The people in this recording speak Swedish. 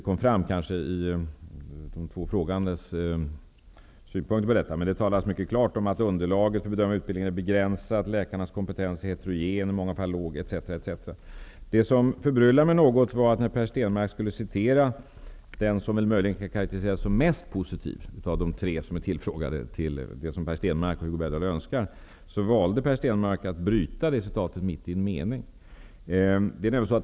Det kom inte riktigt fram i de två frågeställarnas synpunkter. Det talas mycket klart om att underlaget för bedömning av utbildningen är begränsat, att läkarnas kompetens är heterogen, i många fall låg, etc. Det som förbryllar mig något är att när Per Stenmarck citerade den som möjligen kan karakteriseras som mest positiv av de tre tillfrågade, valde Per Stenmarck att bryta citatet mitt i en mening.